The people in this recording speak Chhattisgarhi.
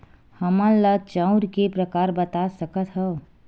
हमन ला चांउर के प्रकार बता सकत हव?